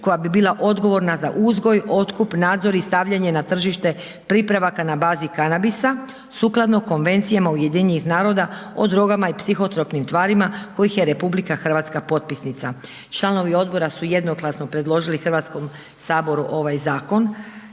koja bi bila odgovorna za uzgoj, otkup, nadzor i stavljanje na tržište pripravaka na bazi kanabisa, sukladno konvencijama UN-a o drogama i psihotropnim tvarima kojih je RH potpisnica. Članovi odbora su jednoglasno predložili Hrvatskom saboru ovaj zakon,